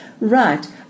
Right